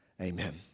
Amen